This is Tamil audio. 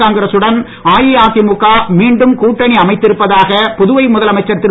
காங்கிரசுடன் அஇஅதிமுக மீண்டும் கூட்டணி அமைத்திருப்பதாக புதுவை முதலமைச்சர் திரு